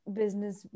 business